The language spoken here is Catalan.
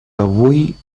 avui